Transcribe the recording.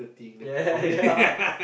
ya ya ya